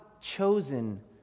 chosen